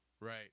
right